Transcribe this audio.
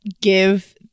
give